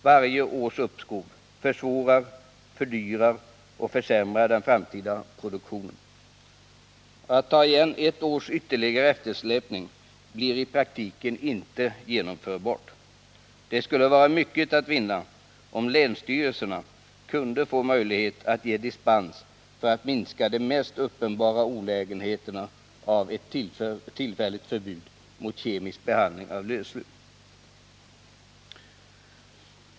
Varje års uppskov försvårar, fördyrar och försämrar den framtida produktionen. Att ta igen ett års ytterligare eftersläpning blir i praktiken inte genomförbart. Det skulle vara mycket att vinna, om länsstyrelserna kunde få möjligheter att ge dispens för att minska de mest uppenbara olägenheterna av ett tillfälligt förbud mot kemisk behandling av lövsly.